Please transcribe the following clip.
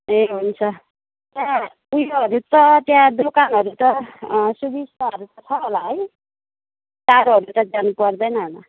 ए हुन्छ त्यहाँ उयोहरू त त्यहाँ दोकानहरू त अँ सुविस्ताहरू त छ होला है टाढोहरू त जानु पर्दैन होला